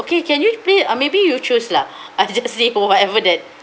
okay can you please uh maybe you choose lah I just say whatever that